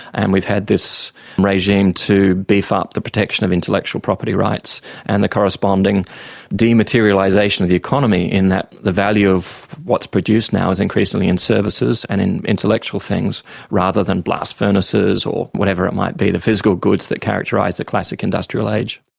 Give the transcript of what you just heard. and we've had this regime to beef up the protection of intellectual property rights and the corresponding dematerialisation of the economy in that the value of what's produced now is increasingly in services and in intellectual things rather than blast furnaces or whatever it might be, the physical goods that characterised the classic industrial age.